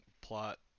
plot